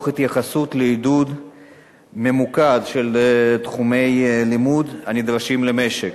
תוך התייחסות לעידוד ממוקד של תחומי לימוד הנדרשים למשק.